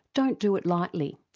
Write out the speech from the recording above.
don't do it lightly,